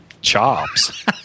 chops